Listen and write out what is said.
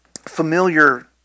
Familiar